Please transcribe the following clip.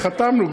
חתמנו.